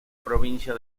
provincia